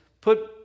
Put